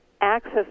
access